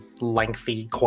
lengthy